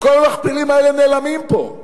כל המכפילים האלה נעלמים פה.